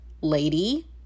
lady